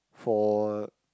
for